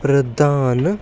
प्रधान